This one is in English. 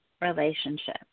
relationship